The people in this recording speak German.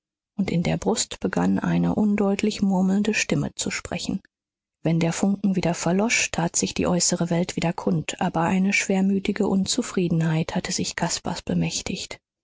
und in der brust begann eine undeutlich murmelnde stimme zu sprechen wenn der funken wieder verlosch tat sich die äußere welt wieder kund aber eine schwermütige unzufriedenheit hatte sich caspars bemächtigt